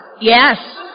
yes